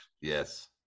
Yes